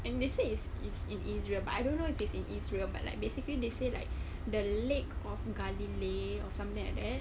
and they say it's it's in israel but I don't know if it's in israel but like basically they say like the lake of galilee or something like that